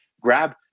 grab